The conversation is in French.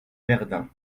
verdun